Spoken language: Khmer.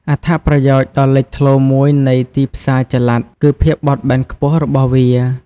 អត្ថប្រយោជន៍ដ៏លេចធ្លោមួយនៃទីផ្សារចល័តគឺភាពបត់បែនខ្ពស់របស់វា។